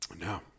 No